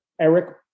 Eric